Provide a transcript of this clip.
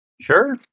sure